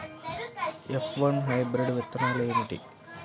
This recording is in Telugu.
ఎఫ్ వన్ హైబ్రిడ్ విత్తనాలు ఏమిటి?